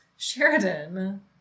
Sheridan